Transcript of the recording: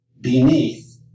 Beneath